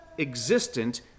existent